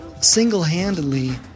single-handedly